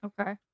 Okay